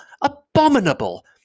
abominable